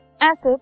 acid